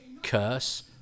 curse